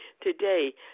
today